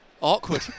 Awkward